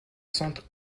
centre